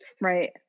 Right